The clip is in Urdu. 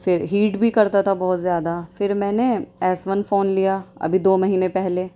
پھر ہیٹ بھی کرتا تھا بہت زیادہ پھر میں نے ایس ون فون لیا ابھی دو مہینے پہلے